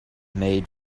made